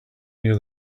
near